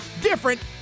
different